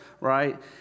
right